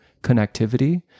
connectivity